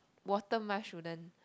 water mask shouldn't